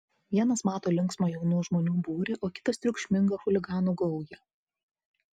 vienas mato linksmą jaunų žmonių būrį o kitas triukšmingą chuliganų gaują